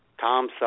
Tom